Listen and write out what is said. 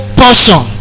portion